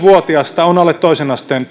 vuotiasta nuorta on vailla toisen asteen